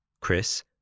Chris